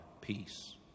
peace